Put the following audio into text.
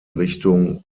richtung